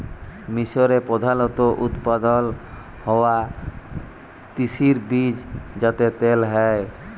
মিসরে প্রধালত উৎপাদল হ্য়ওয়া তিসির বীজ যাতে তেল হ্যয়